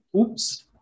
Oops